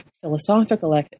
philosophical